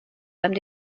einem